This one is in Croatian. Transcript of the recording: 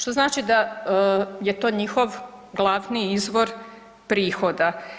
Što znači da je to njihov glavni izvor prihoda.